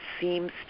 seems